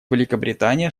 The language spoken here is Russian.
великобритания